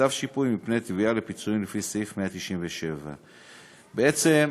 כתב שיפוי מפני תביעה לפיצויים לפי סעיף 197. בעצם,